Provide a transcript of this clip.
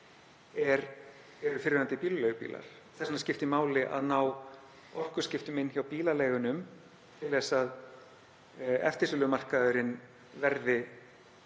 eru fyrrverandi bílaleigubílar. Þess vegna skiptir máli að ná orkuskiptum hjá bílaleigunum til þess að leigumarkaðurinn verði